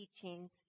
teachings